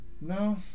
No